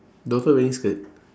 daughter wearing skirt